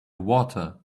water